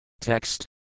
Text